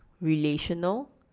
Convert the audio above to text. relational